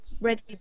Ready